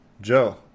Joe